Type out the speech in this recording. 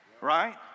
Right